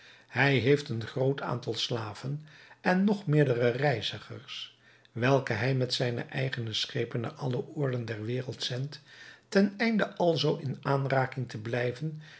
hij heeft een groot aantal slaven en nog meerdere reizigers welke hij met zijne eigene schepen naar alle oorden der wereld zendt ten einde alzoo in aanraking te blijven